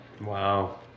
Wow